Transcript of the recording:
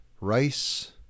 rice